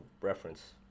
reference